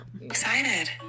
excited